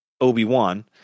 Obi-Wan